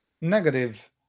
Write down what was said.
negative